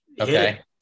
okay